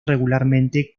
regularmente